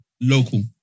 local